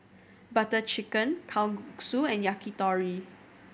Butter Chicken Kalguksu and Yakitori